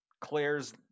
Claire's